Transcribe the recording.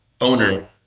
owner